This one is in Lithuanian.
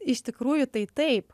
iš tikrųjų tai taip